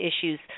issues